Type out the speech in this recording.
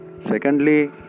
Secondly